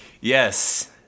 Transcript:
Yes